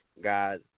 God